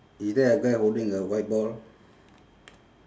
is there a guy holding a white ball